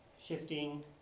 shifting